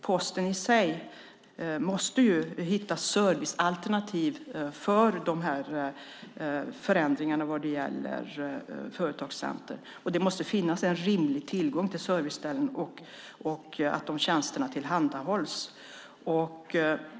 Posten i sig måste hitta servicealternativ efter dessa förändringar vad gäller företagscentren. Det måste finnas en rimlig tillgång till serviceställen, och de tjänsterna måste tillhandahållas.